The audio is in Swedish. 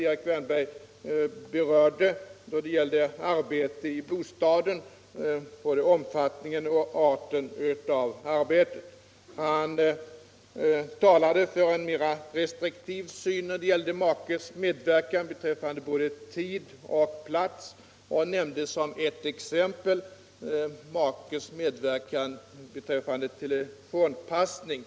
Erik Wärnberg berörde, då det gällde arbete i bostaden, både omfattningen och arten av och platsen för arbetet. Han talade för en mera restriktiv syn på makes medverkan beträffande tid och plats och nämnde som ett exempel makes medverkan vid telefonpassning.